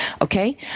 Okay